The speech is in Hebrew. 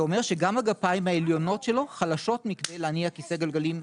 זה אומר שגם הגפיים העליונות שלו חלשות מכדי להניע כיסא גלגלים ידני.